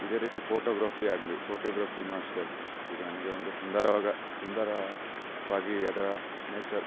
ಇದೇ ರೀತಿ ಫೋಟೋಗ್ರಫಿ ಆಗಲಿ ಫೋಟೋಗ್ರಫಿನೂ ಅಷ್ಟೇ ಈಗ ನನಗೆ ಒಂದು ಸುಂದರವಾದ ಸುಂದರವಾಗಿ ಅದರ ನೇಚರ್